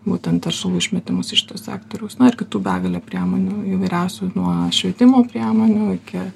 būtent teršalų išmetimus iš šito sektoriaus na ir kitų begalę priemonių įvairiausių nuo švietimo priemonių iki